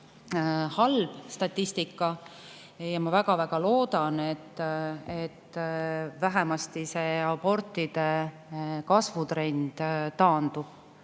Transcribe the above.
halb statistika ja ma väga-väga loodan, et vähemasti see abortide arvu kasvu trend taandub.